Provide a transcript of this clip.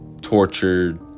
tortured